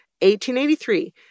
1883